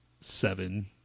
seven